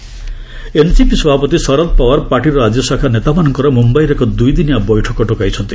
Sharad Pawar meet NCP ସଭାପତି ଶରଦ ପାୱାର ପାର୍ଟିର ରାଜ୍ୟଶାଖା ନେତାମାନଙ୍କର ମୁମ୍ବାଇରେ ଏକ ଦୁଇଦିନିଆ ବୈଠକ ଡକାଇଛନ୍ତି